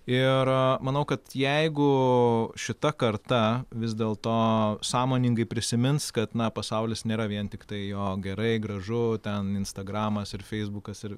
ir manau kad jeigu šita karta vis dėl to sąmoningai prisimins kad na pasaulis nėra vien tiktai jo gerai gražu ten instagramas ir feisbukas ir